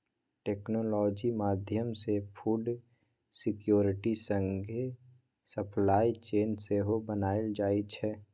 technology माध्यमसँ food security संगे supply chain सेहो बनाएल जाइ छै